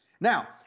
Now